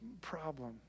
problem